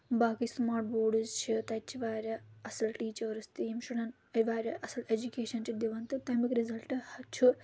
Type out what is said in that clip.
باقٕے smart boards چھِ تَتہِ چھِ واریاہ اَصٕل ٹیٖچٲرٕس تہِ یِم شُرؠن واریاہ اَصٕل ایٚجُوکیشَن چھِ دِوان تہٕ تَمِیُک رِزَلٹ چھُ